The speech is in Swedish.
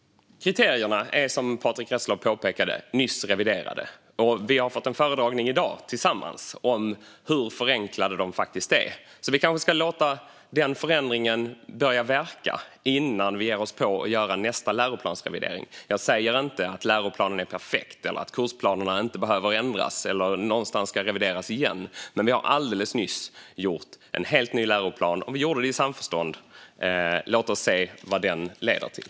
Kriterierna är, som Patrick Reslow påpekade, nyss reviderade. Vi har i dag tillsammans fått en föredragning om hur förenklade de faktiskt är. Vi kanske ska låta den förändringen börja verka innan vi ger oss på nästa läroplansrevidering. Jag säger inte att läroplanen är perfekt eller att kursplanerna inte behöver ändras eller någon gång ska revideras igen, men vi har alldeles nyss gjort en helt ny läroplan; vi gjorde det i samförstånd. Låt oss se vad den leder till.